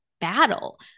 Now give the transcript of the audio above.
battle